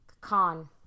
con